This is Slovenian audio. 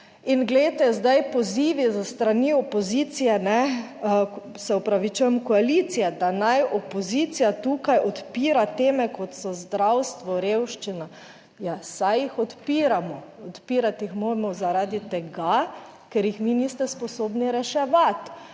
s strani opozicije, kajne, se opravičujem, koalicije, da naj opozicija tukaj odpira teme kot so zdravstvo, revščina, ja, saj jih odpiramo, odpirati jih moramo zaradi tega, ker jih vi niste sposobni reševati,